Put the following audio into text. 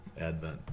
Advent